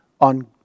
on